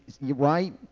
Right